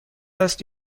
است